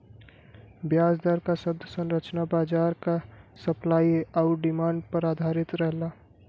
ब्याज दर क शब्द संरचना बाजार क सप्लाई आउर डिमांड पर आधारित रहला